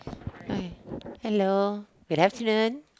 hello good afternoon